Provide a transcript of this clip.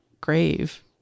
grave